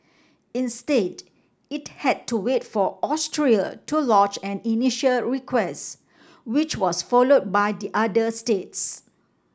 instead it had to wait for Austria to lodge an initial request which was followed by the other states